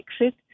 exit